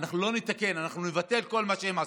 אנחנו לא נתקן, אנחנו נבטל כל מה שהם עשו.